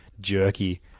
jerky